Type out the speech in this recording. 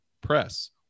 Press